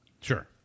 sure